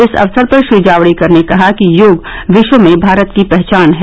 इस अवसर पर श्री जावड़ेकर ने कहा कि योग विश्व में भारत की पहचान है